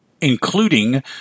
including